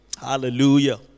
Hallelujah